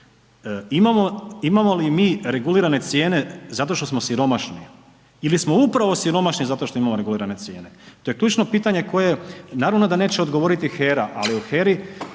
Imamo li mi regulirane cijene zato što smo siromašni ili smo upravo siromašni zato što imamo regulirane cijene? To je ključno pitanje koje, naravno da neće odgovoriti HERA, ali o HERA-i